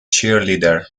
cheerleader